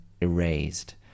erased